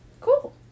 cool